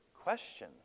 question